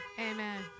Amen